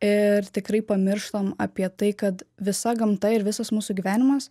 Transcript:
ir tikrai pamirštam apie tai kad visa gamta ir visas mūsų gyvenimas